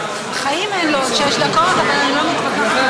בחיים אין לו עוד שש דקות, אבל אני לא מתווכחת.